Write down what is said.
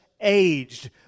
aged